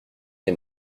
des